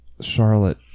Charlotte